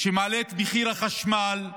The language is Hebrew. שמעלה את מחיר החשמל,